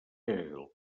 hegel